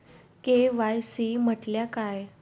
KYC म्हटल्या काय?